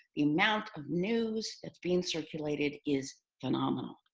the amount of news that's being circulated is phenomenal.